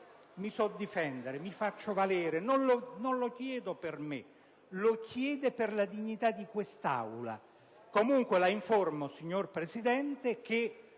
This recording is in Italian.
mi so difendere e mi faccio valere, quindi non lo chiedo per me ma per la dignità di quest'Aula. Comunque, le rendo noto, signor Presidente, che